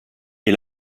est